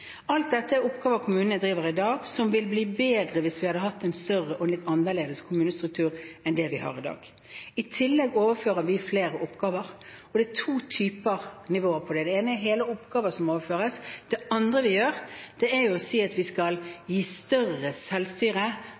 Alt dette er oppgaver kommunene driver i dag, som ville bli bedre hvis vi hadde hatt en litt annerledes kommunestruktur enn det vi har i dag. I tillegg overfører vi flere oppgaver, og det er to typer nivåer på det. Det ene er hele oppgaver som overføres. Det andre vi gjør, er å si at vi skal gi større selvstyre